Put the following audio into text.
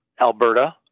Alberta